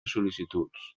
sol·licituds